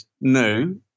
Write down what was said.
no